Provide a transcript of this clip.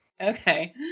Okay